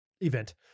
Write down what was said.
event